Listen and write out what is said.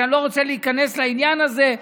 ואני לא רוצה להיכנס לעניין הזה,